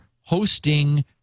hosting